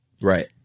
right